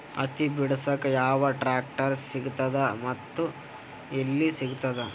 ಹತ್ತಿ ಬಿಡಸಕ್ ಯಾವ ಟ್ರಾಕ್ಟರ್ ಸಿಗತದ ಮತ್ತು ಎಲ್ಲಿ ಸಿಗತದ?